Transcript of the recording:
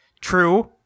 true